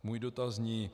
Můj dotaz zní.